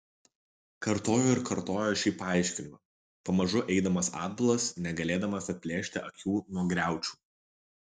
kartojo ir kartojo šį paaiškinimą pamažu eidamas atbulas negalėdamas atplėšti akių nuo griaučių